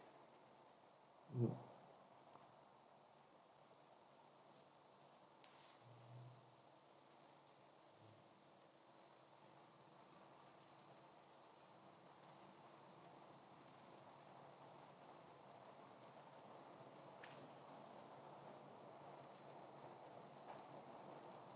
hmm